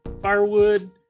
firewood